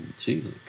Jesus